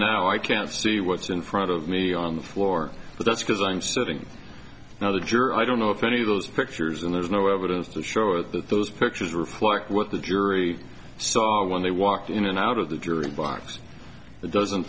now i can't see what's in front of me on the floor but that's because i'm serving now the jury i don't know if any of those pictures and there's no evidence to show that those pictures reflect what the jury saw when they walked in and out of the jury box that doesn't